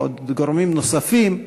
או גורמים נוספים,